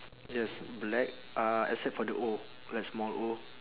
yes black uh except for the O like small O